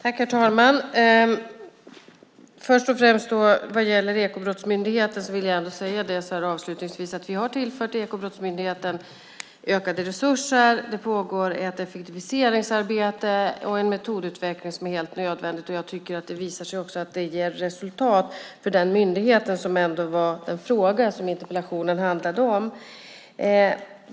Herr talman! Avslutningsvis vill jag säga att vi har tillfört Ekobrottsmyndigheten ökade resurser. Det pågår ett effektiviseringsarbete och en metodutveckling som är helt nödvändiga. Det visar sig att det ger resultat för den myndigheten, som interpellationen handlade om.